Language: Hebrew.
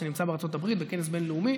שנמצא בארצות הברית בכנס בין-לאומי.